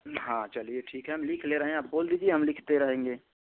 हाँ चलिए ठीक है हम लिख ले रहें हैं आप बोल दीजिए हम लिखते रहेंगे